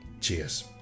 cheers